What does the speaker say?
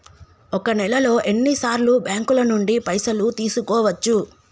ఒక నెలలో ఎన్ని సార్లు బ్యాంకుల నుండి పైసలు తీసుకోవచ్చు?